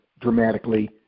dramatically